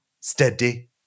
Steady